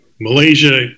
Malaysia